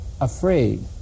afraid